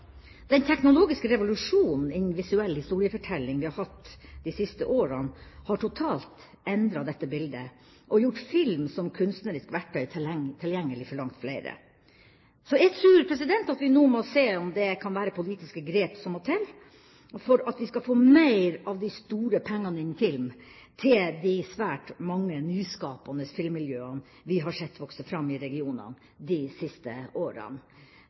Den teknologiske revolusjonen innen visuell historiefortelling vi har hatt de siste åra, har totalt endret dette bildet, og gjort film som kunstnerisk verktøy tilgjengelig for langt flere. Så jeg tror at vi nå må se om det kan være politiske grep som må til for at vi skal få mer av de store pengene innen film til de svært mange nyskapende filmmiljøene vi har sett vokse fram i regionene de siste